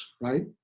right